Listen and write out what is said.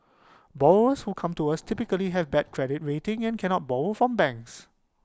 borrowers who come to us typically have bad credit rating and cannot borrow from banks